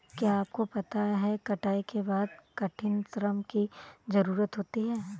क्या आपको पता है कटाई के बाद कठिन श्रम की ज़रूरत होती है?